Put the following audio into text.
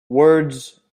words